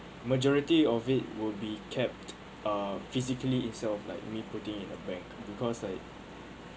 majority of it would be kept ah physically itself like I mean putting in a bank because like